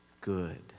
good